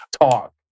talk